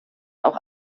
auch